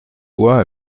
bois